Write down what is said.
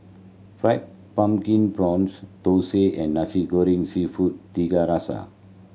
Fried Pumpkin Prawns thosai and Nasi Goreng Seafood Tiga Rasa